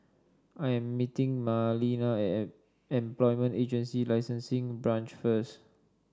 I am meeting Marlena at Employment Agency Licensing Branch first